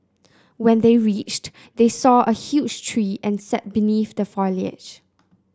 when they reached they saw a huge tree and sat beneath the foliage